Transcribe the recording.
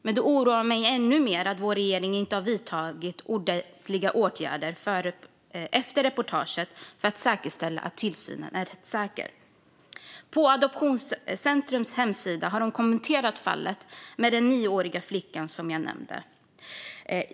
Men det oroar mig ännu mer att vår regering inte har vidtagit ordentliga åtgärder efter reportaget för att säkerställa att tillsynen är rättssäker. På Adoptionscentrums hemsida har man kommenterat fallet med den nioåriga flickan, som jag nämnde.